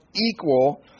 equal